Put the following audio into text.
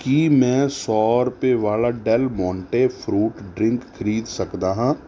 ਕੀ ਮੈਂ ਸੌ ਰੁਪਏ ਵਾਲਾ ਡੇਲ ਮੋਂਟੇ ਫਰੂਟ ਡ੍ਰਿੰਕ ਖਰੀਦ ਸਕਦਾ ਹਾਂ